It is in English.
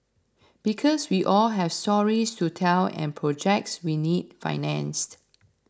because we all have stories to tell and projects we need financed